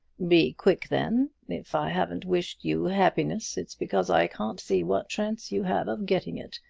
be quick, then! if i haven't wished you happiness it's because i can't see what chance you have of getting it.